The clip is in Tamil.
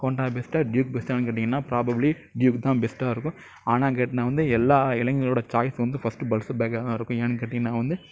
ஹோண்டா பெஸ்டாக டுயூக் பெஸ்டான்னு கேட்டீங்கன்னா ப்ராபப்லி டியூக் தான் பெஸ்டாக இருக்கும் ஆனால் கேட்டீங்கன்னா வந்து எல்லாம் இளைங்கறோட ச்சாய்ஸ் வந்து ஃபஸ்ட்டு பல்சர் பைக்காக தான் இருக்கும் என் கேட்டீங்கன்னா வந்து